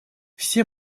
все